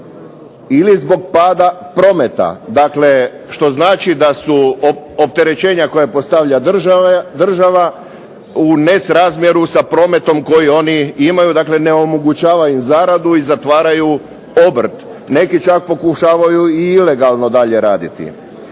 ili zbog pada prometa, dakle što znači da su opterećenja koja postavlja država u nesrazmjeru sa prometom koji oni imaju dakle ne omogućava im zaradu i zatvaraju obrt. Neki čak i pokušavaju i ilegalno dalje raditi.